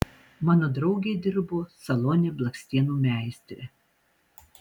mano draugė dirbo salone blakstienų meistre